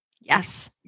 Yes